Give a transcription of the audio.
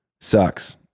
sucks